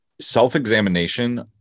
self-examination